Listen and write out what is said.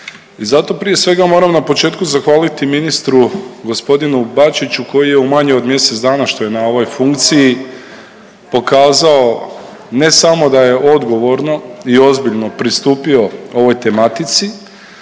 I zato prije svega moram na početku zahvaliti ministru gospodinu Bačiću koji je u manje od mjesec što je na ovoj funkciji pokazao ne samo da je odgovorno i ozbiljno pristupio ovoj tematici